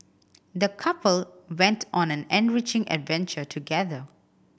the couple went on an enriching adventure together